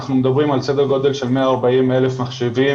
אנחנו מדברים על סדר גודל של 140,000 מחשבים